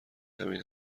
همین